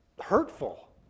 hurtful